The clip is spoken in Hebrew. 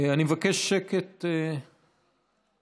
אני מבקש שקט בתאים.